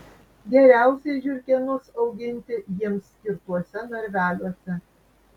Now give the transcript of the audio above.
geriausiai žiurkėnus auginti jiems skirtuose narveliuose